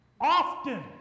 often